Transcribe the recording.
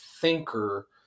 thinker